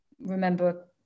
remember